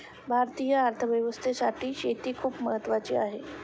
भारतीय अर्थव्यवस्थेसाठी शेती खूप महत्त्वाची आहे